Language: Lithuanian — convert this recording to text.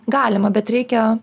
galima bet reikia